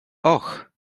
och